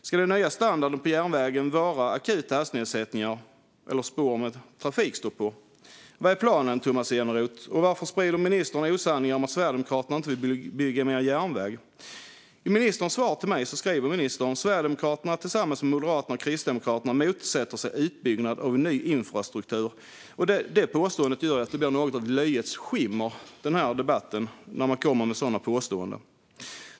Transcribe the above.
Ska den nya standarden på järnvägen vara akuta hastighetsnedsättningar eller spår med trafikstopp? Vad är planen, Tomas Eneroth? Och varför sprider ministern osanningar om att Sverigedemokraterna inte vill bygga mer järnväg? I ministerns svar till mig skriver han: "Sverigedemokraterna, tillsammans med Moderaterna och Kristdemokraterna, motsätter sig utbyggnad av ny infrastruktur." Detta påstående gör att det blir något av ett löjets skimmer över denna debatt.